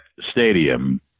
stadium